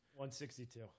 162